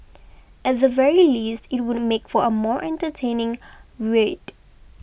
at the very least it would make for a more entertaining read